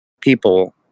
people